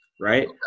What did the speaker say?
right